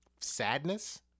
Sadness